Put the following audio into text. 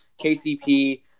KCP